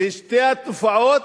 לשתי התופעות,